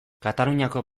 kataluniako